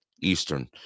eastern